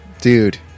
Dude